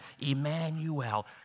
Emmanuel